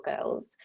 girls